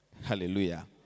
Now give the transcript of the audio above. Hallelujah